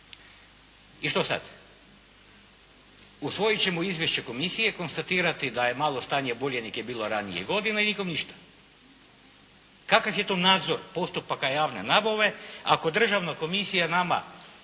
I što sad? Usvojit ćemo izvješće komisije, konstatirati da je malo stanje bolje nego je bilo ranijih godina i nikom ništa. Kakav je to nadzor postupaka javne nabave ako državna komisija nama